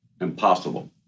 Impossible